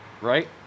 right